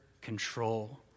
control